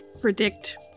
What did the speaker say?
predict